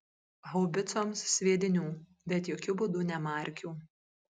haubicoms sviedinių bet jokiu būdu ne markių